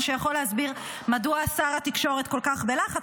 מה שיכול להסביר מדוע שר התקשורת כל כך בלחץ,